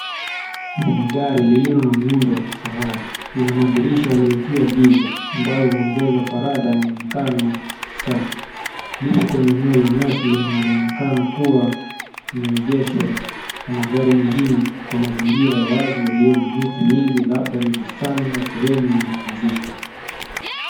Hili ni gari lililo na muundo wa kifahari. Lina madirisha yaliyotiwa giza ambayo huongeza faragha na mwonekano wa kisasa. Lipo kwenye eneo la nyasi na linaonekana kuwa limeegeshwa na magari mengine kwa mazingira yaliyo wazi na miti mingi labda ni bustani au sehemu ya mapumziko.